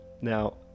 Now